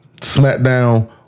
SmackDown